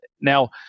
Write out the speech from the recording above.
Now